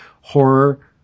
horror